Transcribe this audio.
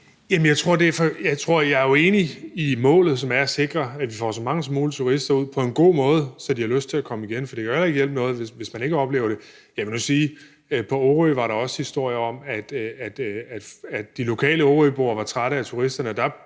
Jeg er jo enig i målet, som er at sikre, at vi får så mange turister som muligt ud på en god måde, så de har lyst til at komme igen. For det kan jo heller ikke hjælpe noget, hvis man ikke oplever det. Jeg vil nu også sige, at der på Orø var historier om, at de lokale orøboere var trætte af turisterne.